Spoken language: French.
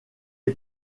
est